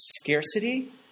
scarcity